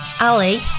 Ali